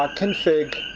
ah config